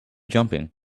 jumping